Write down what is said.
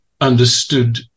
understood